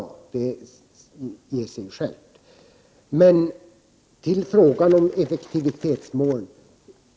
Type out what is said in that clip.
Det säger sig självt. Till frågan om effektivitetsmål.